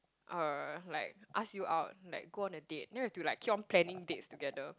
uh like ask you out like go on a date then we have to like keep on planning dates together